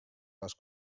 les